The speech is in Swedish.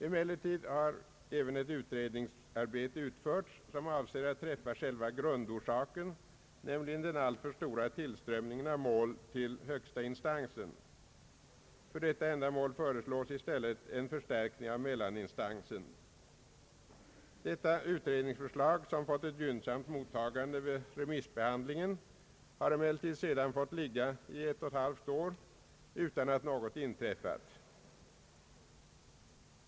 Emellertid har även ett utredningsarbete utförts som avser att träffa själva grundorsaken, nämligen den alltför stora tillströmningen av mål till högsta instansen. För detta ändamål föreslås i stället en förstärkning av mellaninstansen. Detta utredningsförslag, som har fått ett gynnsamt mottagande vid remissbehandlingen, har emellertid sedan fått ligga i ett och ett halvt år utan att något har inträffat.